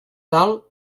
dalt